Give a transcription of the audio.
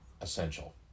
essential